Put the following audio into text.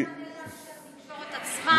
אנשי התקשורת עצמם.